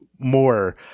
More